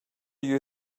you